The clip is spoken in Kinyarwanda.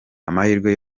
amahirwe